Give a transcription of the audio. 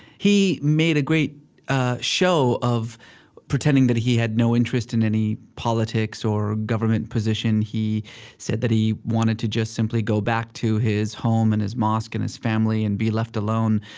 he made a great ah show of pretending that he had no interest in any politics or government position. he said that he wanted to just simply go back to his home and his mosque and his family, and be left alone.